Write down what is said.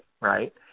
right